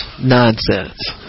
nonsense